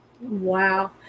Wow